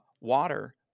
water